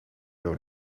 you